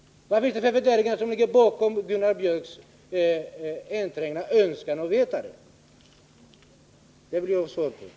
Vilka värderingar ligger bakom Gunnar Biörcks enträgna önskan att få veta detta? Det vill jag ha svar på.